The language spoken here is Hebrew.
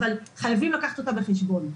אבל חייבים לקחת אותה בחשבון.